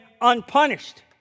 unpunished